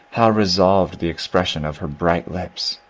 how resolved the expression of her bright lips!